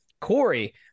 Corey